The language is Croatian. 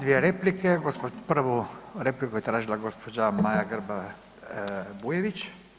Dvije replike, prvu repliku je tražila gospođa Maja Grba Bujević.